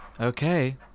Okay